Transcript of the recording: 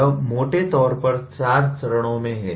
यह मोटे तौर पर 4 चरणों में है